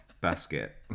Basket